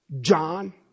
John